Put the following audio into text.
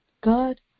God